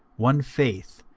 one faith,